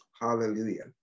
Hallelujah